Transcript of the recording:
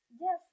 Yes